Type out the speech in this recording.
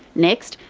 next,